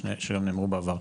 שכבר נאמרו בעבר.